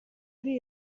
ari